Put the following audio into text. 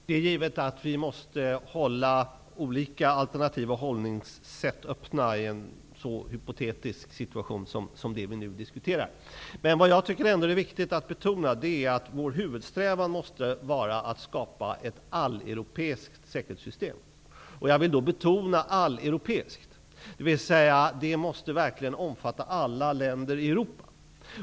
Fru talman! Det är givet att vi måste hålla olika alternativ och hållningssätt öppna i en så hypotetisk situation som den vi nu diskuterar. Det är emellertid viktigt att betona att vår huvudsträvan måste vara att skapa ett alleuropeiskt säkerhetssystem. Jag betonar ordet alleuropeiskt. Säkerhetssystemet måste alltså omfatta alla länder i Europa.